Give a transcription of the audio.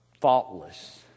faultless